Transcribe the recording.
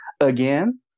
again